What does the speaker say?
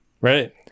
Right